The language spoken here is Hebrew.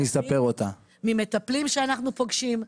ממטפלים שאנחנו פוגשים.